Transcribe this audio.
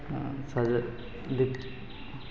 सज दिप